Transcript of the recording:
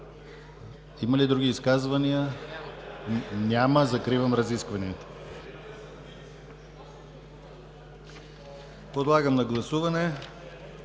Има ли други изказвания? Няма. Закривам разискванията. Подлагам на гласуване